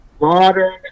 modern